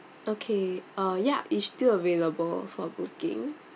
okay uh ya it's still available for booking